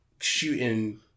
shooting